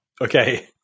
Okay